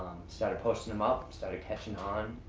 started postin' em up, started catchin' on,